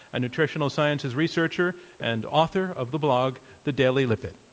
a nutritional sciences researcher and author of the blog the daily lipid.